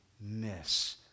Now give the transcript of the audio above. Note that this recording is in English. miss